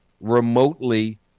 remotely